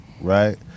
Right